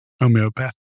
homeopath